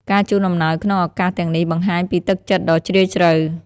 ការជូនអំណោយក្នុងឱកាសទាំងនេះបង្ហាញពីទឹកចិត្តដ៏ជ្រាលជ្រៅ។